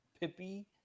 Pippi